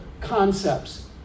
concepts